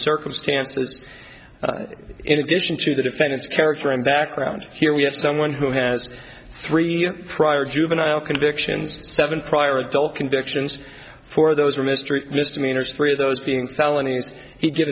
circumstances in addition to the defendant's character and background here we have someone who has three prior juvenile convictions seven prior adult convictions for those or mystery misdemeanors three of those being felonies he's give